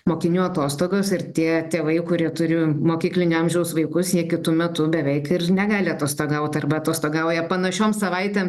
mokinių atostogos ir tie tėvai kurie turi mokyklinio amžiaus vaikus jie kitu metu beveik ir negali atostogaut arba atostogauja panašiom savaitėm